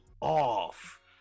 off